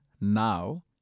now